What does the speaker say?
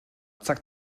zack